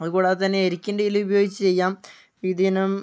അതുകൂടാതെ തന്നെ എരിക്കിൻ്റെ ഇല ഉപയോഗിച്ച് ചെയ്യാം വിവിധ ഇനം